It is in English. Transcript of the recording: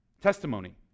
testimony